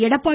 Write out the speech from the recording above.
Edappadi